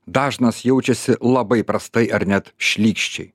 dažnas jaučiasi labai prastai ar net šlykščiai